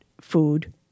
food